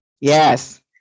Yes